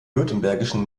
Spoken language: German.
württembergischen